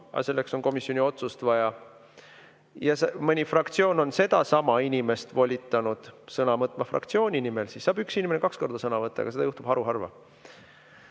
selleks on komisjoni otsust vaja – ja mõni fraktsioon on sedasama inimest volitanud sõna võtma fraktsiooni nimel, siis saab üks inimene kaks korda sõna võtta. Aga seda juhtub haruharva.